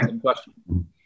question